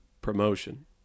promotion